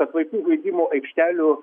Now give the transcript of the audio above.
kad vaikų žaidimo aikštelių